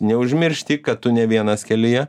neužmiršti kad tu ne vienas kelyje